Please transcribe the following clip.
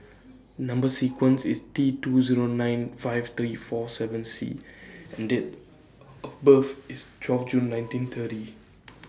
Number sequence IS T two Zero nine five three four seven C and Date of of birth IS twelve June nineteen thirty